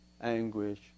anguish